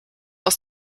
aus